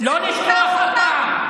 לא לשכוח אותן.